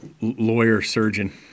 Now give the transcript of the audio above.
lawyer-surgeon